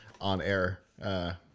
on-air